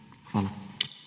Hvala.